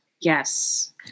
Yes